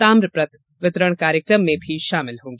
ताम्र पत्र वितरण कार्यक्रम में भी शामिल होंगी